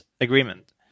agreement